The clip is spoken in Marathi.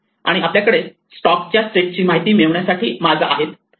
आणि आपल्याकडे स्टॅकच्या स्टेट ची माहिती मिळविण्यासाठी मार्ग आहे